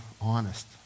honest